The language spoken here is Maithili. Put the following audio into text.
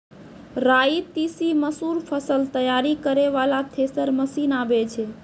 राई तीसी मसूर फसल तैयारी करै वाला थेसर मसीन आबै छै?